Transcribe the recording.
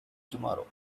tomorrow